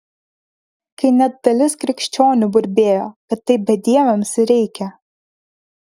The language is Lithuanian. kai net dalis krikščionių burbėjo kad taip bedieviams ir reikia